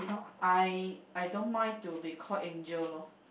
I I don't mind to be call Angel loh